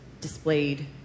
displayed